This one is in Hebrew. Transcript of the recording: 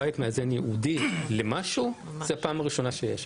בית מאזן ייעודי למשהו זו פעם ראשונה שיש.